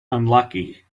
unlucky